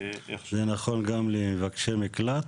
זה נכון גם למבקשי מקלט,